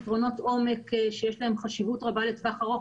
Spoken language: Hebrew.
פתרונות עומק שיש להן חשיבות רבה לטווח ארוך,